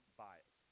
bias